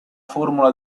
formula